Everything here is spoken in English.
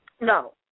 No